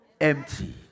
empty